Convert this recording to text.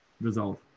result